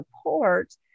support